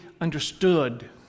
understood